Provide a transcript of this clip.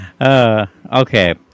Okay